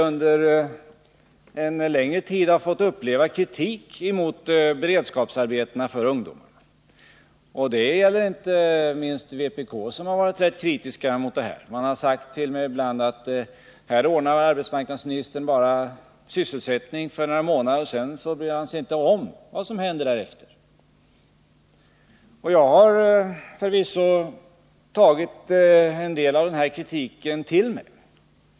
Under en längre tid har vi fått uppleva kritik mot beredskapsarbeten för ungdom. Inte minst vpk har varit rätt kritiskt mot denna ordning. Man har ibland sagt till mig att arbetsmarknadsministern bara ordnar sysselsättning för några månader, sedan bryr han sig inte om vad som händer därefter. Jag har förvisso tagit en del av den här kritiken till mig.